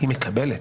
היא מקבלת.